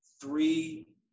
three